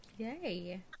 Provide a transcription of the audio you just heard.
Yay